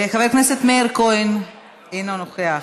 חבר הכנסת מאיר כהן אינו נוכח,